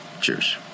Cheers